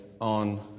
on